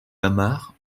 amarres